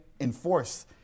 enforce